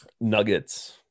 nuggets